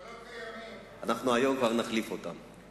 הם כבר לא קיימים, היום אנחנו כבר נחליף אותם.